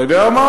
אתה יודע מה,